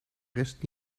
rest